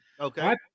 Okay